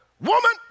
Woman